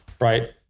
right